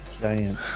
Giant